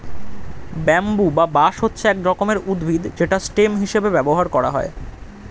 bamboo বা বাঁশ হচ্ছে এক রকমের উদ্ভিদ যেটা স্টেম হিসেবে ব্যবহার করা হয়